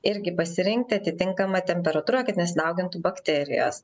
irgi pasirinkti atitinkamą temperatūrą kad nesidaugintų bakterijos